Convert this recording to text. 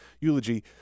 eulogy